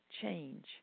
change